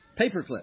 paperclip